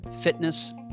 fitness